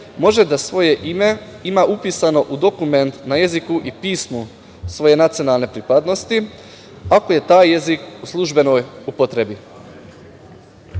može da svoje ime ima upisano u dokumentu na jeziku i pismu svoje nacionalne pripadnosti ako je taj jezik u službenoj upotrebi.